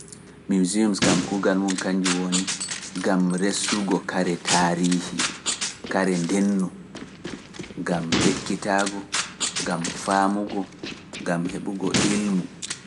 Museum kam kuugal mum kannjum woni, ngam resugo kare taariihi, kare ndenno, ngam ekkitaago, ngam faamugo, ngam heɓugo ilmu.